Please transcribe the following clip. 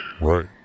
Right